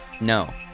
No